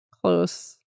close